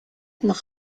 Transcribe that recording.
nach